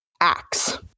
acts